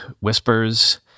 whispers